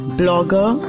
blogger